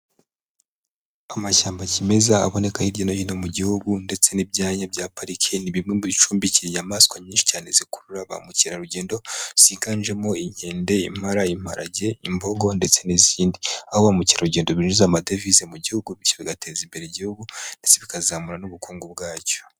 Kumashyamba cyimeza aboneka hirya no hino mu Gihugu, ndetse n'ibyanya bya parike ni bimwe mu bicumbikiye inyamaswa nyinshi cyane, zikurura ba mukerarugendo ziganjemo inkende, impala, imparage, imbogo ndetse n'izindi. Aho ba mukerarugendo binjiza amadevize mu Gihugu, bityo bigateza imbere Igihugu ndetse bikazamura n'ubukungu bwacyo.